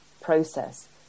process